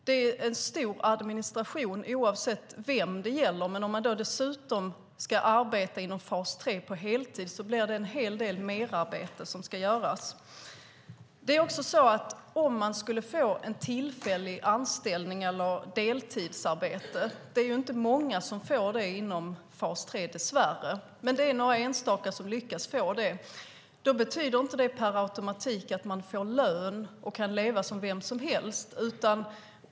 Det är en stor administration oavsett vem det gäller, men om man dessutom ska arbeta inom fas 3 på heltid blir det en hel del merarbete som ska göras. Om man skulle få en tillfällig anställning eller deltidsarbete - det är dess värre inte många som får det inom fas 3, men några enstaka lyckas få det - betyder inte det per automatik att man får lön och kan leva som vem som helst.